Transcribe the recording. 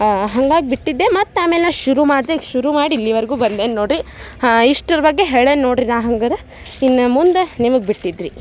ಹಂಗಾಗಿ ಬಿಟ್ಟಿದ್ದೆ ಮತ್ತೆ ಆಮೇಲೆ ನಾ ಶುರು ಮಾಡಿದೆ ಈಗ ಶುರು ಮಾಡಿ ಇಲ್ಲಿವರೆಗೂ ಬಂದೇನಿ ನೋಡಿರಿ ಹಾಂ ಇಷ್ಟರ ಬಗ್ಗೆ ಹೇಳೇನಿ ನೋಡ್ರಿ ನಾ ಹಂಗಾರ ಇನ್ನು ಮುಂದೆ ನಿಮಗೆ ಬಿಟ್ಟಿದ್ದು ರಿ